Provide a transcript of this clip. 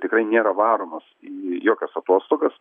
tikrai nėra varomas į jokias atostogas